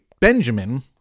Benjamin